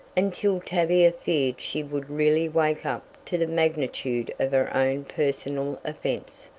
until tavia feared she would really wake up to the magnitude of her own personal offence,